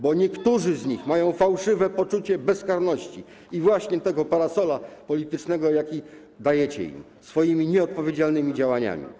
bo niektórzy mają fałszywe poczucie bezkarności właśnie z powodu tego parasola politycznego, jaki dajecie im swoimi nieodpowiedzialnymi działaniami.